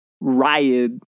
Riot